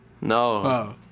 no